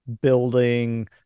building